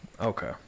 okay